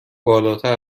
بالاتر